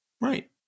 Right